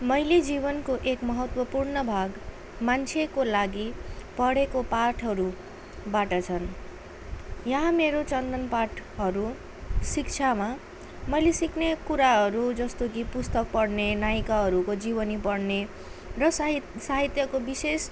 मैले जीवनको एक महत्त्वपूर्ण भाग मान्छेको लागि पढेको पाठहरूबाट छन् यहाँ मेरो चन्दन पाठहरू शिक्षामा मैले सिक्ने कुराहरू जस्तो कि पुस्तक पढ्ने नायिकाहरूको जीवनी पढ्ने र साहित साहित्यको विशेष